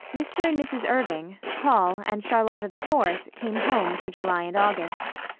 mr. and mrs. irving, paul and charlotta the fourth came home for july and august.